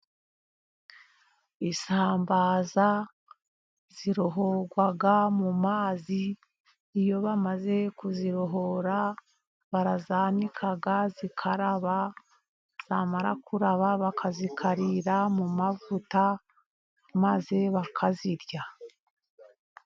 Isambaza zirohorwa mu mazi, iyo bamaze kuzirohora barazanika zikaraba, zamara kuraba bakazikarira mu mavuta, maze bakazirya.